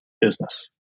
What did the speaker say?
business